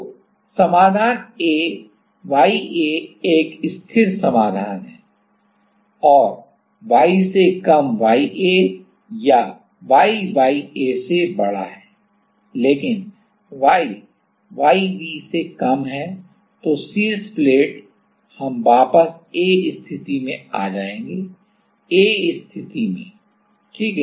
तो समाधान A ya एक स्थिर समाधान है और y से कम ya या y ya से बड़ा है लेकिन y yb से कम है तो शीर्ष प्लेट हम वापस A स्थिति में आ जाएंगे A स्थिति में ठीक है